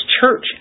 church